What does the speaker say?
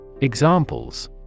Examples